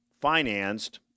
financed